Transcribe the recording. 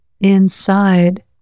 Inside